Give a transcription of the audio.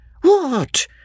What